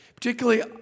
Particularly